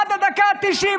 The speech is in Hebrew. עד הדקה ה-90,